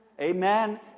Amen